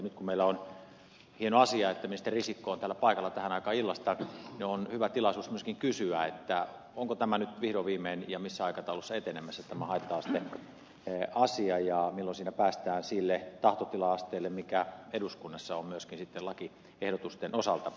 nyt kun ministeri risikko on täällä paikalla tähän aikaan illasta mikä on hieno asia meillä on hyvä tilaisuus myöskin kysyä onko nyt vihdoin viimein jossakin aikataulussa etenemässä tämä haitta asteasia ja milloin siinä päästään sille tahtotila asteelle mikä eduskunnassa on myöskin lakiehdotusten osalta